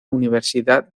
universidad